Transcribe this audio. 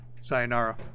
Sayonara